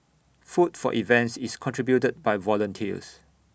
food for events is contributed by volunteers